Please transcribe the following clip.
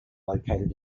located